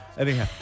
Anyhow